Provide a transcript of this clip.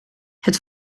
het